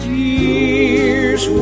years